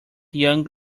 young